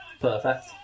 perfect